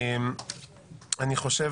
המלצת